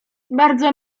bardzo